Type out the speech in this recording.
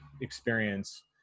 experience